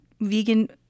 vegan